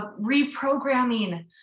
reprogramming